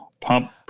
Pump